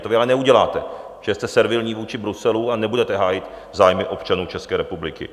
To vy ale neuděláte, protože jste servilní vůči Bruselu a nebudete hájit zájmy občanů České republiky.